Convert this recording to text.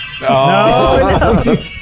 No